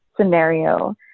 scenario